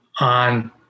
on